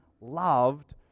loved